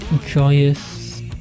joyous